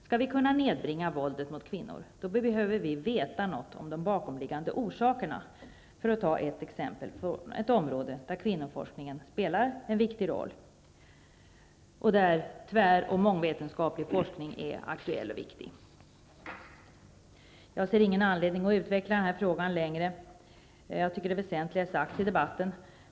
Skall vi kunna nedbringa våldet mot kvinnor, behöver vi veta något om de bakomliggande orsakerna, för att ta ett exempel på ett område där kvinnoforskningen spelar en viktig roll och där tvär och mångvetenskaplig forskning är aktuell och viktig. Jag ser ingen anledning att utveckla denna fråga längre. Jag tycker det väsentliga är sagt i debatten.